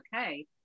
okay